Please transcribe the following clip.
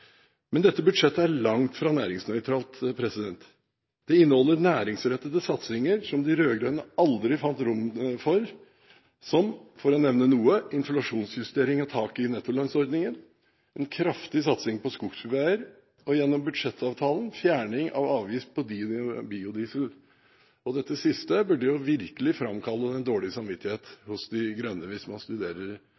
Men dette budsjettet er langt fra næringsnøytralt. Det inneholder næringsrettede satsinger, som de rød-grønne aldri fant rom for, som – for å nevne noe – inflasjonsjustering av taket i nettolønnsordningen, en kraftig satsing på skogsbilveier og gjennom budsjettavtalen fjerning av avgift på biodiesel. Dette siste burde virkelig framkalle dårlig samvittighet